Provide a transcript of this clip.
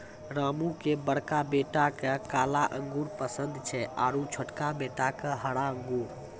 रामू के बड़का बेटा क काला अंगूर पसंद छै आरो छोटका बेटा क हरा अंगूर